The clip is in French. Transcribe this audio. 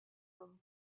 comme